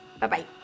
Bye-bye